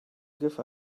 give